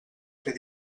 fer